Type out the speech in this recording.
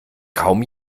kaum